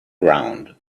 ground